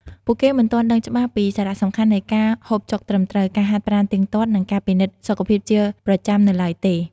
ពួកគេមិនទាន់ដឹងច្បាស់ពីសារៈសំខាន់នៃការហូបចុកត្រឹមត្រូវ ការហាត់ប្រាណទៀងទាត់ និងការពិនិត្យសុខភាពជាប្រចាំនៅឡើយទេ។